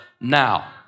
now